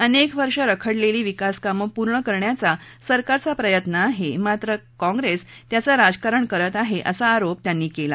अनेक वर्ष रखडलेली विकासकामं पूर्ण करण्याचा सरकारचा प्रयत्न आहे मात्र काँग्रेस त्याचं राजकारण करत आहे असा आरोप त्यांनी केला